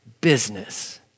business